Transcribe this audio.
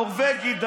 נורבגית,